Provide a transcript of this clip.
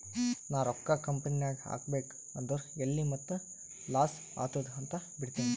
ನಾ ರೊಕ್ಕಾ ಕಂಪನಿನಾಗ್ ಹಾಕಬೇಕ್ ಅಂದುರ್ ಎಲ್ಲಿ ಮತ್ತ್ ಲಾಸ್ ಆತ್ತುದ್ ಅಂತ್ ಬಿಡ್ತೀನಿ